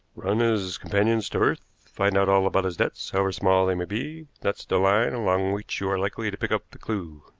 run his companions to earth, find out all about his debts, however small they may be that's the line along which you are likely to pick up the clew.